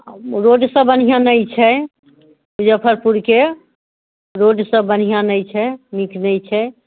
road सब बढ़िआँ नहि छै मुजफ्फरपुरके रोड सब बढ़िआँ नहि छै नीक नहि छै